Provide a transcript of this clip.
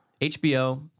HBO